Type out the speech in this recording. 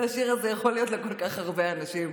השיר הזה יכול להיות לכל כך הרבה אנשים,